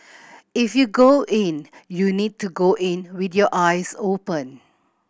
if you go in you need to go in with your eyes open